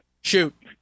Shoot